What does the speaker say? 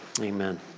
amen